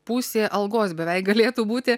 pusė algos beveik galėtų būti